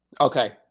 okay